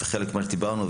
חלק ממה שדיברנו,